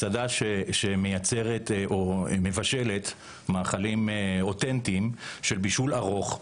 מסעדה שמבשלת מאכלים אותנטיים של בישול ארוך,